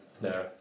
No